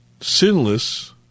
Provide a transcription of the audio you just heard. sinless